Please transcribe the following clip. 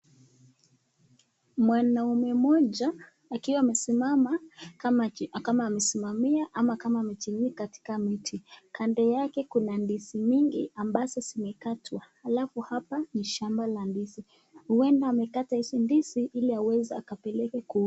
Mwanaume moja akiwa amesimama, kama amesimamia ama amejinua katika miti. Kando yake kuna ndizi mingi ambazo zimekatwa, alafu hapa ni shamba la ndizi, uenda amekata hizo ndizi iliaweze kupeleka kwe....